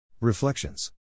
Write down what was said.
Reflections